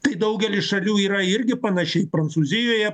tai daugely šalių yra irgi panašiai prancūzijoje